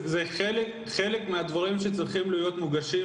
זה חלק מהדברים שצריכים להיות מוגשים